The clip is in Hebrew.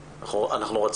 וומן.